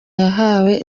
yahawe